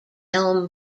elm